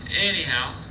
Anyhow